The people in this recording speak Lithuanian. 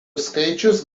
skaičius